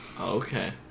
Okay